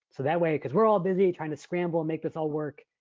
that way, cause we're all busy trying to scramble and make this all work.